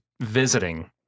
visiting